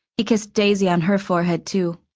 he kissed daisy on her forehead, too.